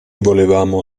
volevamo